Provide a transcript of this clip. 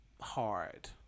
hard